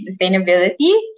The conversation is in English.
sustainability